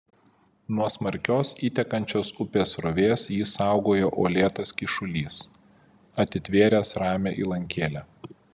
nuo smarkios įtekančios upės srovės jį saugojo uolėtas kyšulys atitvėręs ramią įlankėlę